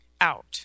out